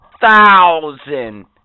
Thousand